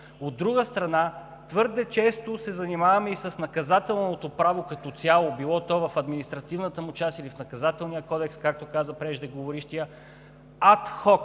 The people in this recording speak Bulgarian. От друга страна, твърде често се занимаваме и с Наказателното право като цяло – било то в административната му част, или в Наказателния кодекс, както каза преждеговорившият, адхок,